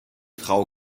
frau